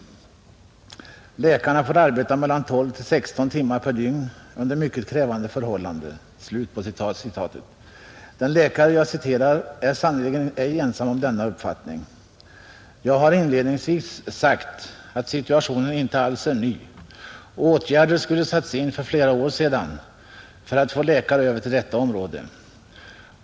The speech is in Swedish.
Läkarna får arbeta mellan 12 och 16 timmar per dygn under mycket krävande förhållanden.” Den läkare jag citerat är sannerligen ej ensam om denna uppfattning. Jag har inledningsvis sagt att situationen inte alls är ny. Åtgärder skulle ha satts in för flera år sedan för att få läkare över till detta område.